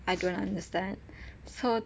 I don't understand so